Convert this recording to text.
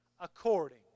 according